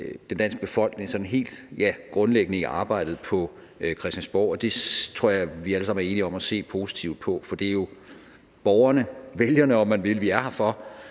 den danske befolkning sådan helt, ja, grundlæggende i arbejdet på Christiansborg. Det tror jeg vi alle sammen er enige om at se positivt på. For det er jo borgerne, vælgerne om man vil, vi er her for,